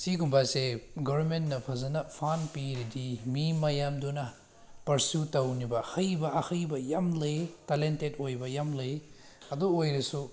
ꯁꯤꯒꯨꯝꯕꯁꯦ ꯒꯣꯕꯔꯃꯦꯟꯅ ꯐꯖꯅ ꯐꯟ ꯄꯤꯔꯗꯤ ꯃꯤ ꯃꯌꯥꯝꯗꯨꯅ ꯄꯔꯁꯨ ꯇꯧꯅꯤꯕ ꯍꯩꯕ ꯑꯍꯩꯕ ꯌꯥꯝ ꯂꯩ ꯇꯦꯂꯦꯟꯇꯦꯠ ꯑꯣꯏꯕ ꯌꯥꯝ ꯂꯩ ꯑꯗꯨ ꯑꯣꯏꯔꯁꯨ